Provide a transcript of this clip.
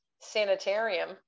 sanitarium